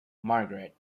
margaret